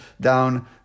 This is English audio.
down